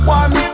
one